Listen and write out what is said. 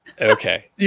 Okay